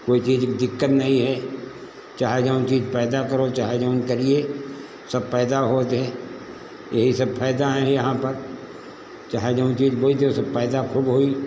कोई चीज की दिक्कत नहीं है चाहे जोन चीज पैदा करो चाहे जोन करिए सब पैदा होत है यही सब फायदा हैं यहाँ पर चाहे जोन चीज बोई दो पैदा खूब होई